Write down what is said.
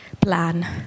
plan